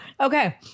Okay